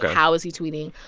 how is he tweeting?